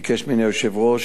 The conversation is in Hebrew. ביקש ממני היושב-ראש.